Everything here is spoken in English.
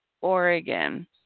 Oregon